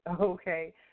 Okay